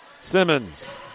Simmons